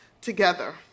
together